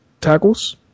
tackles